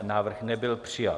Návrh nebyl přijat.